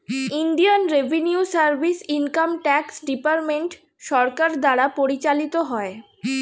Indian revenue service income tax department সরকার দ্বারা পরিচালিত হয়